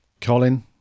Colin